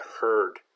herd